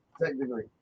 Technically